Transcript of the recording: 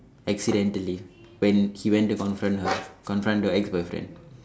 accidentally when he went to confront the confront the ex boyfriend